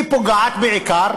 היא פוגעת בעיקר